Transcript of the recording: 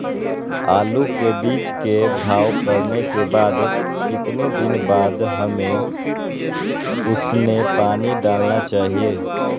आलू के बीज के भाव करने के बाद कितने दिन बाद हमें उसने पानी डाला चाहिए?